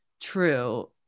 true